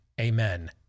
Amen